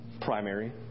primary